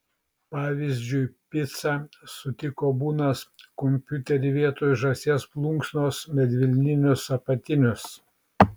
pavyzdžiui picą sutiko bunas kompiuterį vietoj žąsies plunksnos medvilninius apatinius